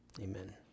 amen